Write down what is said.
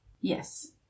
Yes